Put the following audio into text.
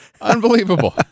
Unbelievable